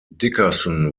dickerson